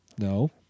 No